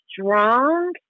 strong